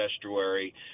estuary